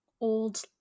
old